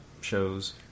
shows